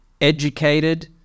educated